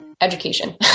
education